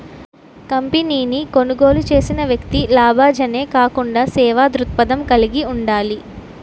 కంపెనీని కొనుగోలు చేసిన వ్యక్తి లాభాజనే కాకుండా సేవా దృక్పథం కలిగి ఉండాలి